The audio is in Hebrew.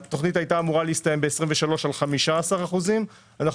התוכנית הייתה אמורה להסתיים ב-23' על 15%. אנו